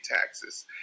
taxes